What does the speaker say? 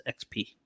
XP